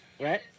Right